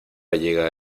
llega